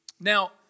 Now